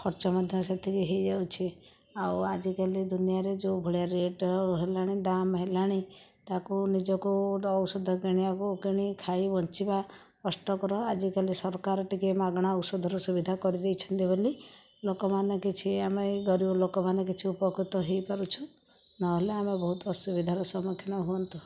ଖର୍ଚ୍ଚ ମଧ୍ୟ ସେତିକି ହୋଇଯାଉଛି ଆଉ ଆଜିକାଲି ଦୁନିଆରେ ଯେଉଁ ଭଳିଆ ରେଟ ହେଲାଣି ଦାମ ହେଲାଣି ତା'କୁ ନିଜକୁ ଗୋଟିଏ ଔଷଧ କିଣିବାକୁ କିଣି ଖାଇ ବଞ୍ଚିବା କଷ୍ଟକର ଆଜିକାଲି ସରକାର ଟିକେ ମାଗଣା ଔଷଧର ସୁବିଧା କରିଦେଇଛନ୍ତି ବୋଲି ଲୋକମାନେ କିଛି ଆମେ ଗରିବ ଲୋକମାନେ କିଛି ଉପକୃତ ହୋଇପାରୁଛୁ ନହେଲେ ଆମେ ବହୁତ ଅସୁବିଧାର ସମ୍ମୁଖୀନ ହୁଅନ୍ତୁ